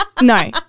No